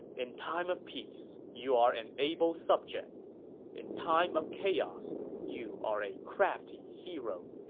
in time of peace you are an able subject in time of chaos you are a crafty hero!